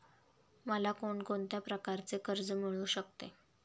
मला कोण कोणत्या प्रकारचे कर्ज मिळू शकते?